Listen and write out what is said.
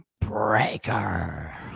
Breaker